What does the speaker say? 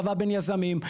הסבה בין יזמים.